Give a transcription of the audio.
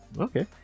Okay